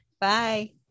Bye